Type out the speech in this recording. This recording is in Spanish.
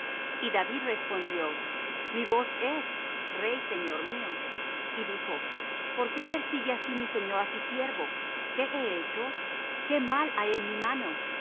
y david respondió mi voz es rey señor mío y dijo por qué persigue así mi señor á su siervo qué he hecho qué mal hay en mi mano